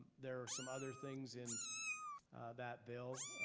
there are some other things in that bill